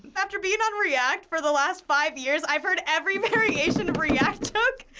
after being on react for the last five years, i've heard every variation of react joke,